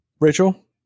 rachel